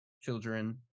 children